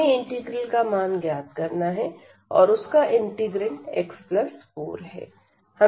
हमें इंटीग्रल का मान ज्ञात करना है और उसका इंटीग्रैंड x4 है